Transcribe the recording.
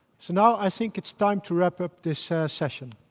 so now, i think it's time to wrap up this session.